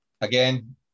Again